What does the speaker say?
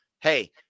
Hey